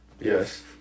Yes